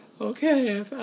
Okay